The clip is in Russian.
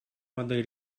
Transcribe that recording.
модель